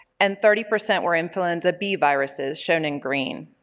and thirty percent were influenza b viruses, shown in green.